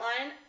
line